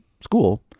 school